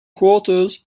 quarters